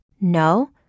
No